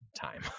time